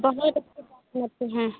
बहुत हैं